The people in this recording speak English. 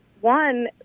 one